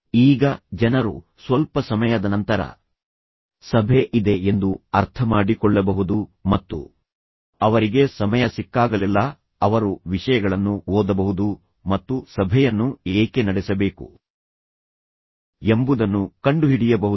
ಈಗ ಜನರು ಸ್ವಲ್ಪ ಸಮಯದ ನಂತರ ಸಭೆ ಇದೆ ಎಂದು ಅರ್ಥಮಾಡಿಕೊಳ್ಳಬಹುದು ಮತ್ತು ಅವರಿಗೆ ಸಮಯ ಸಿಕ್ಕಾಗಲೆಲ್ಲಾ ಅವರು ವಿಷಯಗಳನ್ನು ಓದಬಹುದು ಮತ್ತು ಸಭೆಯನ್ನು ಏಕೆ ನಡೆಸಬೇಕು ಎಂಬುದನ್ನು ಕಂಡುಹಿಡಿಯಬಹುದು